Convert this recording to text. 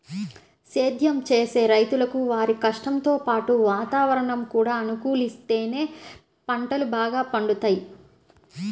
సేద్దెం చేసే రైతులకు వారి కష్టంతో పాటు వాతావరణం కూడా అనుకూలిత్తేనే పంటలు బాగా పండుతయ్